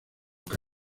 que